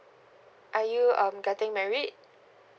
are you um getting married